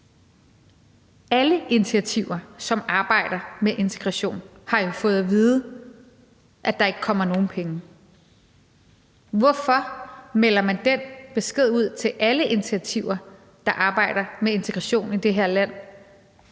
Alle initiativer, som arbejder med integration, har jo fået at vide, at der ikke kommer nogen penge. Hvorfor melder man den besked ud til alle initiativer, der arbejder med integration i det her land,